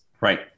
Right